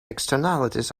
externalities